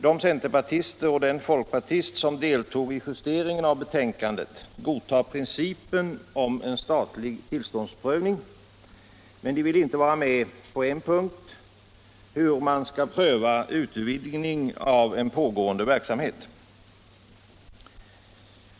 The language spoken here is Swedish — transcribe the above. De centerpartister och den folkpartist som deltog i justeringen av betänkandet godtar principen om en statlig tillståndsprövning, men de vill inte vara med på en punkt: hur man skall pröva utvidgning av en pågående verksamhet.